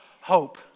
hope